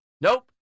Nope